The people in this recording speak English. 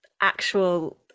actual